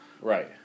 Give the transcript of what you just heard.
right